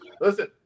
Listen